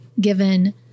given